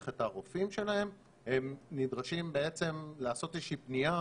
את הרופאים שלהם הם נדרשים לעשות איזה שהיא פנייה,